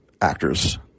actors